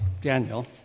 Daniel